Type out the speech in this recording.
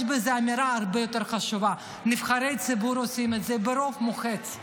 יש בזה אמירה הרבה יותר חשובה: נבחרי הציבור עושים את זה ברוב מוחץ,